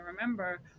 remember